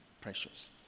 Precious